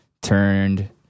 turned